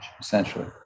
essentially